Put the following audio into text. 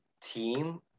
team